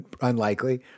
Unlikely